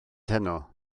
heno